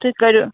تُہۍ کٔرِو